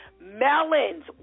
melons